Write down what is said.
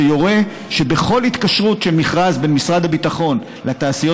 שיורה שבכל התקשרות של מכרז בין משרד הביטחון לתעשיות